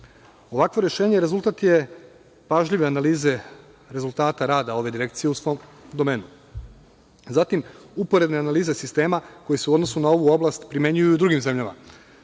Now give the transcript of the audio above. rešenje rezultat je pažljive analize rezultata rada ove direkcije u svom domenu. Zatim, uporedne analize sistema koje su u odnosu na ovu oblast primenjuju i u drugim zemljama,